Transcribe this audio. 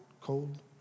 cold